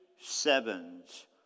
sevens